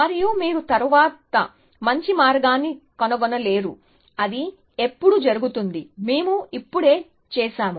మరియు మీరు తరువాత మంచి మార్గాన్ని కనుగొనలేరు అది ఎప్పుడు జరుగుతుంది మేము ఇప్పుడే చేసాము